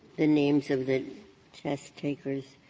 the names of the test-takers,